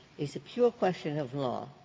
is a pure question of law